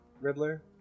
Riddler